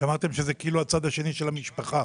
שאמרתם שזה כאילו הצד השני של המשפחה.